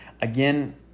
Again